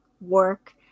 work